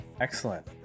Excellent